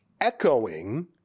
echoing